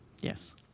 Yes